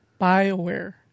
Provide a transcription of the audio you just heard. BioWare